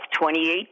2018